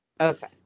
Okay